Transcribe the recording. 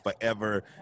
forever